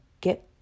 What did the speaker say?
get